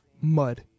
mud